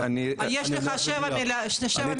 אנחנו ב-2 במאי ואנחנו בדיון